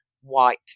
white